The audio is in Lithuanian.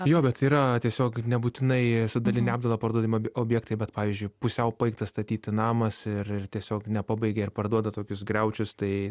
jo bet yra tiesiog nebūtinai su daline apdaila parduodami ob objektai bet pavyzdžiui pusiau baigtas statyti namas ir ir tiesiog nepabaigia ir parduoda tokius griaučius tai